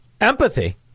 empathy